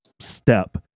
step